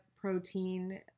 protein